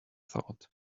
thought